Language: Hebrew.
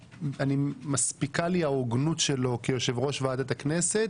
מספיקה לי ההוגנות שלו כיושב-ראש ועדת הכנסת